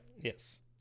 yes